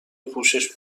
پوشش